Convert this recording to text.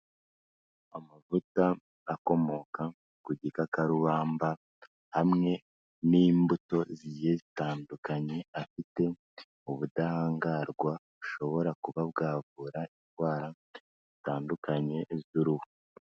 Amavuta akomoka ku gikakarubamba hamwe n'imbuto zigiye zitandukanye, afite ubudahangarwa bushobora kuba bwavura indwara zitandukanye z'uruhu.